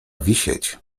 wisieć